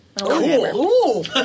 Cool